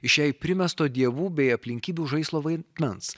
iš jai primesto dievų bei aplinkybių žaislo vaidmens